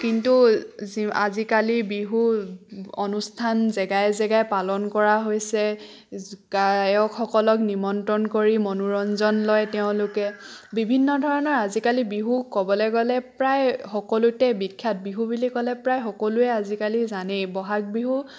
কিন্তু যি আজিকালিৰ বিহু অনুষ্ঠান জেগাই জেগাই পালন কৰা হৈছে গায়কসকলক নিমন্ত্ৰণ কৰি মনোৰঞ্জন লয় তেওঁলোকে বিভিন্ন ধৰণৰ আজিকালি বিহুক ক'বলৈ গ'লে প্ৰায় সকলোতে বিখ্যাত বিহু বুলি ক'লে প্ৰায় সকলোৱে আজিকালি জানেই বহাগ বিহু